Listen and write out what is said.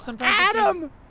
Adam